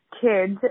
kids